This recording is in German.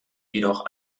jedoch